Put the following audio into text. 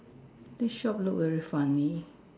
the shop look very funny